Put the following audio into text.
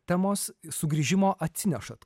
temos sugrįžimo atsinešat